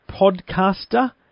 Podcaster